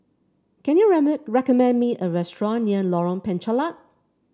can you recommend me a restaurant near Lorong Penchalak